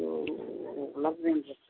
சரி எல்லாத்தையும்